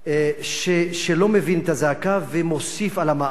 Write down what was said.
שלא מבין את הזעקה ומוסיף על המע"מ,